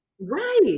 right